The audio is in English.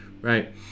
right